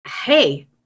hey